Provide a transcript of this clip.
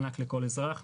מענק לכל אזרח,